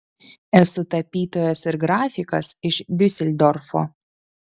esu tapytojas ir grafikas iš diuseldorfo